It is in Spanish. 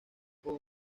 con